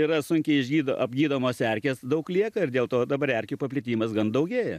yra sunkiai išydo apgydomos erkės daug lieka ir dėl to dabar erkių paplitimas gan daugėja